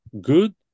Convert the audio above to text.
good